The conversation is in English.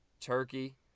turkey